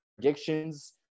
Predictions